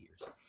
years